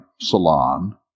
salon